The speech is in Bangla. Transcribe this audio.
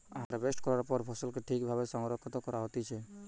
হারভেস্ট করার পরে ফসলকে ঠিক ভাবে সংরক্ষণ করা হতিছে